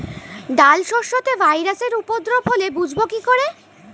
ডাল শস্যতে ভাইরাসের উপদ্রব হলে বুঝবো কি করে?